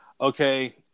okay